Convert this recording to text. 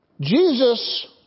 Jesus